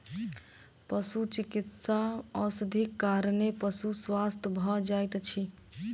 पशुचिकित्सा औषधिक कारणेँ पशु स्वस्थ भ जाइत अछि